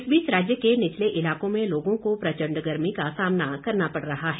इस बीच राज्य के निचले इलाकों में लोगों को प्रचंड गर्मी का सामना करना पड़ रहा है